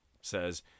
says